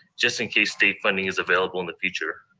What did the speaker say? just in case state funding is available in the future.